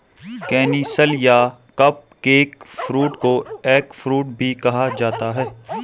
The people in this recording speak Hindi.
केनिसल या कपकेक फ्रूट को एगफ्रूट भी कहा जाता है